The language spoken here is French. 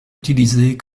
utilisée